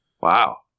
Wow